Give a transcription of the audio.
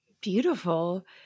Beautiful